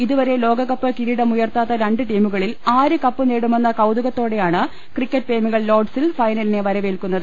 ഇതുവരെ ലോകകപ്പ് കിരീടമുയർത്താത്ത രണ്ട് ടീമുകളിൽ ആര് കപ്പ് നേടുമെന്ന കൌതുകത്തോടെയാണ് ക്രിക്കറ്റ് പ്രേമികൾ ലോഡ്സിൽ ഫൈനലിനെ വരവേൽക്കുന്നത്